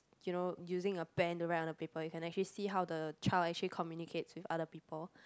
you know using a pen to write on the paper you can actually see how the child actually communicates with other people